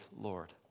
Lord